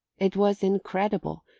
it was incredible,